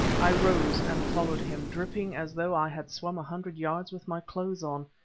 i rose and followed him, dripping as though i had swum a hundred yards with my clothes on,